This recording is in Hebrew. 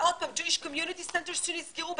Jewish community centers שנסגרו,